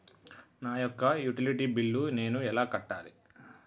నా యొక్క utility bill నేను ఎలా కట్టాలి?